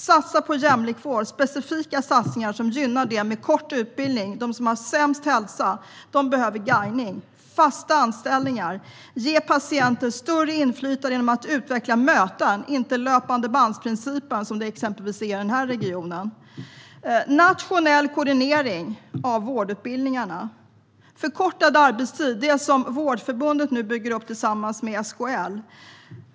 Satsa på jämlik vård! Det ska vara specifika satsningar som gynnar dem med kort utbildning och dem med sämst hälsa. De behöver guidning. Erbjud fasta anställningar! Ge patienter större inflytande genom att utveckla möten, inte genom löpande-band-principen, som ju råder i exempelvis Stockholmsregionen. Vidare behövs nationell koordinering av vårdutbildningarna. Arbetstiderna behöver förkortas, vilket Vårdförbundet tillsammans med SKL nu bygger upp.